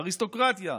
אריסטוקרטיה,